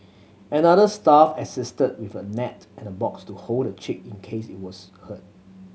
another staff assisted with a net and a box to hold the chick in case it was hurt